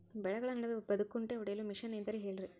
ಬೆಳೆಗಳ ನಡುವೆ ಬದೆಕುಂಟೆ ಹೊಡೆಯಲು ಮಿಷನ್ ಇದ್ದರೆ ಹೇಳಿರಿ